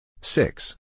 Six